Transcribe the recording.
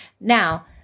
Now